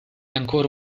ancora